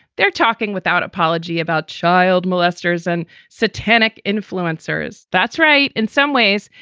they're talking without apology about child molesters and satanic influencers. that's right. in some ways,